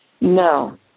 No